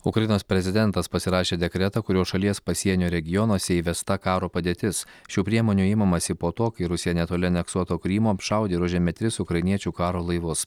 ukrainos prezidentas pasirašė dekretą kuriuo šalies pasienio regionuose įvesta karo padėtis šių priemonių imamasi po to kai rusija netoli aneksuoto krymo apšaudė ir užėmė tris ukrainiečių karo laivus